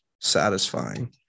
satisfying